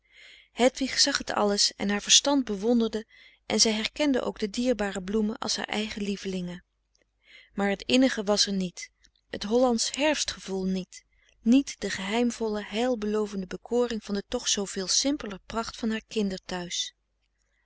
hedwig zag het alles en haar verstand bewonderde en zij herkende ook de dierbare bloemen als haar eigen lievelingen maar het innige was er niet het hollandsch herfstgevoel niet niet de geheimvolle heil belovende bekoring van de toch zooveel simpeler pracht van haar